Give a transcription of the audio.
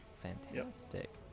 Fantastic